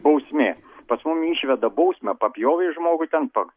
bausmė pas mumi išveda bausmę papjovei žmogų ten pa